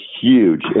huge